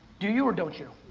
do you or don't you?